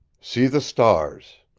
see the stars!